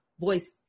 voice